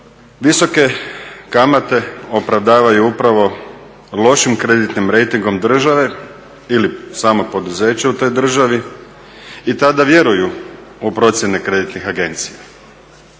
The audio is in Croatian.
visoke kamate opravdavaju upravo lošim kreditnim rejtingom države ili samo poduzeće u toj državi i tada vjeruju u procjene kreditnih agencija.